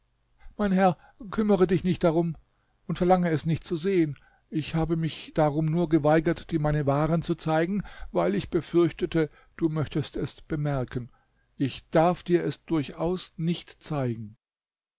mein herr kümmere dich darum nicht und verlange es nicht zu sehen ich habe mich darum nur geweigert dir meine waren zu zeigen weil ich befürchtete du möchtest es bemerken ich darf dir es durchaus nicht zeigen